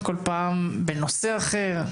כל פעם בנושא אחר,